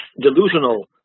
delusional